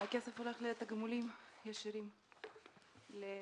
הכסף הולך לתגמולים ישירים לניצולים.